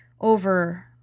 over